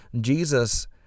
Jesus